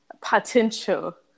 potential